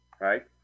Right